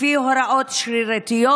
לפי הוראות שרירותיות,